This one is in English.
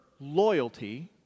loyalty